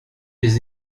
les